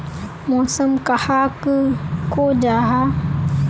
मौसम कहाक को जाहा?